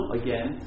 again